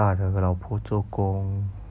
大的和老婆做工